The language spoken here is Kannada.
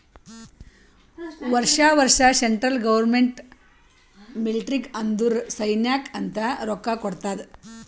ವರ್ಷಾ ವರ್ಷಾ ಸೆಂಟ್ರಲ್ ಗೌರ್ಮೆಂಟ್ ಮಿಲ್ಟ್ರಿಗ್ ಅಂದುರ್ ಸೈನ್ಯಾಕ್ ಅಂತ್ ರೊಕ್ಕಾ ಕೊಡ್ತಾದ್